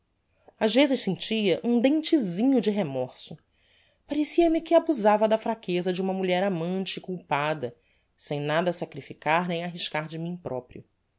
ás rezes sentia um dentesinho de remorso parecia-me que abusava da fraqueza de uma mulher amante e culpada sem nada sacrificar nem arriscar de mim proprio